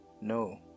no